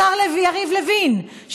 השר יריב לוין,